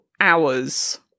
hours